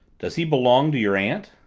does he belong to your aunt?